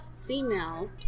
female